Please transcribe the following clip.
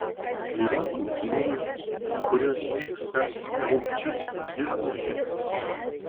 yra kultūrų kurios mėgsta rūgčius dirvožemius